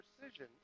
precision